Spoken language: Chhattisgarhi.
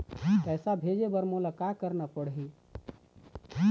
पैसा भेजे बर मोला का करना पड़ही?